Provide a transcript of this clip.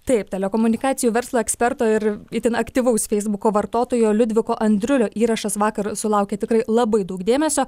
taip telekomunikacijų verslo eksperto ir itin aktyvaus feisbuko vartotojo liudviko andriulio įrašas vakar sulaukė tikrai labai daug dėmesio